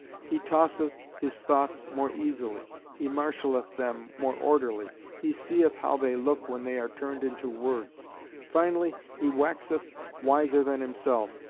he tosseth his thoughts more easily he marshalleth them more orderly he seeth how they look when they are turned into words finally, he waxeth wiser than himself,